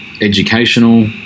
educational